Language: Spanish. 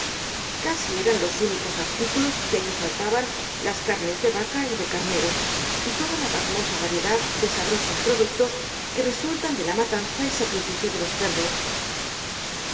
casi eran los únicos artículos que allí faltaban las carnes de vaca y de carnero y toda la pasmosa variedad de sabrosos productos que resultan de la matanza y sacrificio de los cerdos